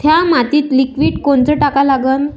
थ्या मातीत लिक्विड कोनचं टाका लागन?